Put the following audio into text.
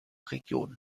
region